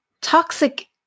Toxic